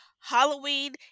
Halloween